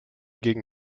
gegen